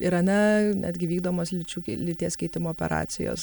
irane netgi vykdomos lyčių lyties keitimo operacijos